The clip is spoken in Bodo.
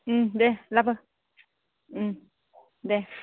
दे लाबो दे